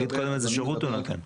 שיגיד קודם איזה שירות הוא נותן.